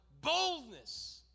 boldness